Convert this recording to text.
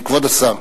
כן, כבוד השר.